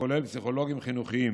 הכולל פסיכולוגים חינוכיים